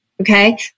Okay